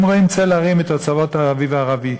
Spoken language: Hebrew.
הם רואים צל הרים מתוצאות האביב הערבי.